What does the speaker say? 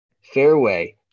fairway